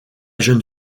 jeune